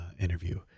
interview